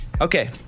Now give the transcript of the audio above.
okay